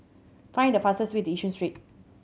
find the fastest way to Yishun Street